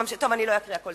טוב, אני לא אקריא הכול.